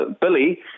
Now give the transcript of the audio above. Billy